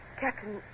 Captain